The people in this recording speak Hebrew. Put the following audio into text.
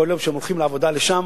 כל יום שהם הולכים לעבודה לשם,